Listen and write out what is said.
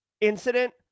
incident